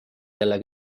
selle